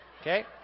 Okay